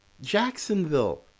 Jacksonville